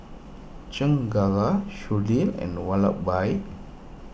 Chengara Sudhir and Vallabhbhai